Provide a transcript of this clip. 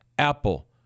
Apple